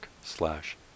slash